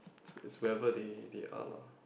is it's wherever they they are lah